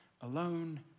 alone